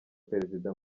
perezida